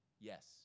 Yes